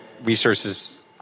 resources